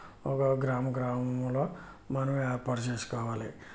ఒక గ్రామ గ్రామములో మనము ఏర్పాటు చేసుకోవాలి